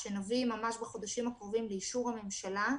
זה עד שנת 2024. עלייה של 3% במשך ארבע שנים?